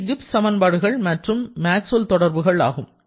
இவை கிப்ஸ் சமன்பாடுகள் மற்றும் மேக்ஸ்வெல் தொடர்புகள் ஆகும்